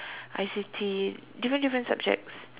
I_C_T different different subjects